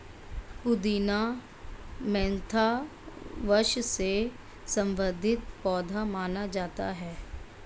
पुदीना मेंथा वंश से संबंधित पौधा माना जाता है